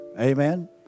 Amen